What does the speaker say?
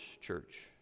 church